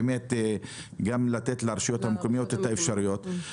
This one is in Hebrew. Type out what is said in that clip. גם לתת לרשויות המקומיות את האפשרות.